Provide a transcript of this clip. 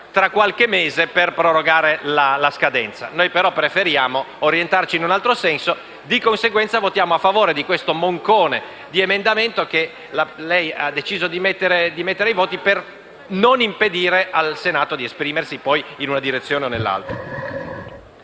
tra qualche mese, per prorogare la scadenza. Noi preferiamo orientarci in un altro senso e, di conseguenza, votiamo a favore di questo moncone di emendamento che lei, signora Presidente, ha deciso di mettere in votazione, per non impedire al Senato di esprimersi in una direzione o nell'altra.